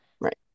right